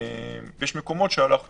יש מקומות שאנחנו